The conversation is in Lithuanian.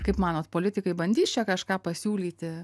kaip manot politikai bandys čia kažką pasiūlyti